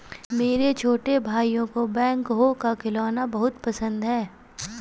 मेरे छोटे भाइयों को बैकहो का खिलौना बहुत पसंद है